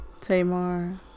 Tamar